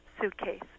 suitcase